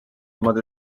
ilmad